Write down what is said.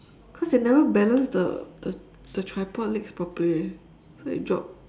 because they never balance the the the tripod legs properly so it dropped